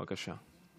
בבקשה.